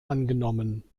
angenommen